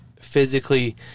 physically